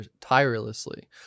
tirelessly